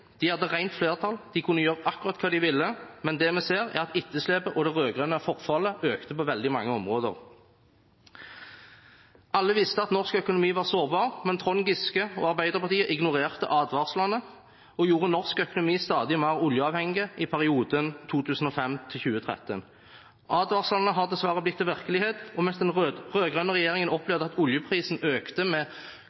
De hadde rent flertall, de kunne gjøre akkurat hva de ville, men det vi ser, er at etterslepet og det rød-grønne forfallet økte på veldig mange områder. Alle visste at norsk økonomi var sårbar, men Trond Giske og Arbeiderpartiet ignorerte advarslene og gjorde norsk økonomi stadig mer oljeavhengig i perioden 2005–2013. Advarslene er dessverre blitt til virkelighet, og mens den rød-grønne regjeringen opplevde at oljeprisen økte